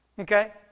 Okay